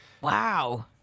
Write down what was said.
Wow